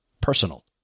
personal